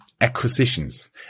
acquisitions